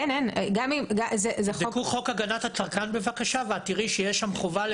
תבדקו בבקשה, חוק הגנת הצרכן.